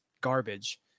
garbage